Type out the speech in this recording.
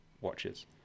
watches